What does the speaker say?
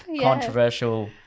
controversial